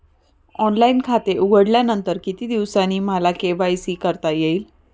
Online खाते उघडल्यानंतर किती दिवसांनी मला के.वाय.सी करता येईल?